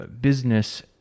business